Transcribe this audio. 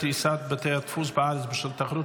ההצעה בנושא קריסת בתי הדפוס בארץ בשל תחרות